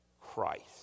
Christ